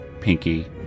Pinky